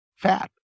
fat